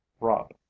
rob